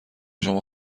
شما